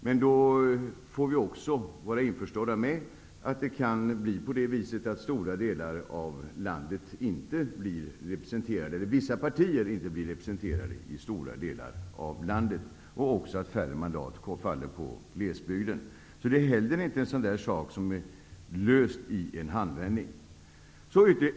Men då får vi vara införstådda med att vissa partier inte blir representerade i stora delar av landet och även att färre mandat faller på glesbygden. Det är heller inte en sak som är löst i en handvändning.